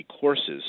courses